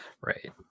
Right